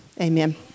amen